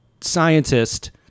scientist